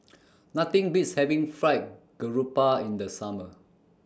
Nothing Beats having Fried Garoupa in The Summer